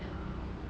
ya